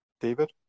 David